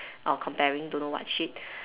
or comparing don't know what shit